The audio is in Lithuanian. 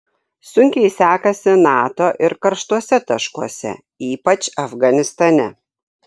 sunkiai sekasi nato ir karštuose taškuose ypač afganistane